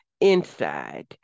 inside